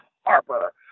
Harper